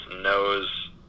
knows